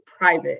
private